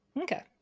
Okay